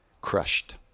crushed